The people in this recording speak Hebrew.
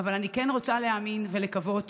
אבל אני כן רוצה להאמין ולקוות